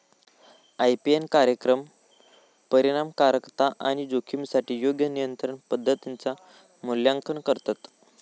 IPM कार्यक्रम परिणामकारकता आणि जोखमीसाठी योग्य नियंत्रण पद्धतींचा मूल्यांकन करतत